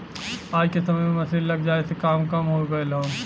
आज के समय में मसीन लग जाये से काम कम हो गयल हौ